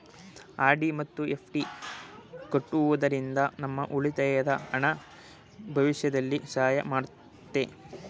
RD ಮತ್ತು FD ಕಟ್ಟುವುದರಿಂದ ನಮ್ಮ ಉಳಿತಾಯದ ಹಣ ಭವಿಷ್ಯದಲ್ಲಿ ಸಹಾಯ ಮಾಡುತ್ತೆ